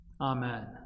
amen